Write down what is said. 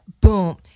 boom